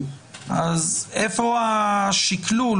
איפה השקלול?